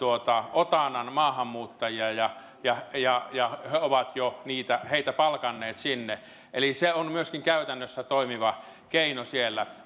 otannan maahanmuuttajia ja ja ovat jo heitä palkanneet sinne eli se on myöskin käytännössä toimiva keino siellä